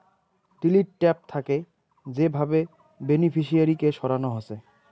delete tab থাকে যে ভাবে বেনিফিশিয়ারি কে সরানো হসে